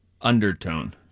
undertone